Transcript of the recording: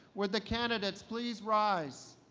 will the candidates please rise.